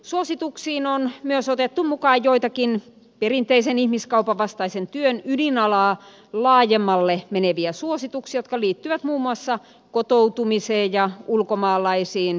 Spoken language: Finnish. suosituksiin on myös otettu mukaan joitakin perinteisen ihmiskaupan vastaisen työn ydinalaa laajemmalle meneviä suosituksia jotka liittyvät muun muassa kotoutumiseen ja ulkomaalaisiin